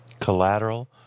Collateral